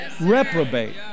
reprobate